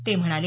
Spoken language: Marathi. ते म्हणाले